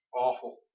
Awful